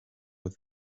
with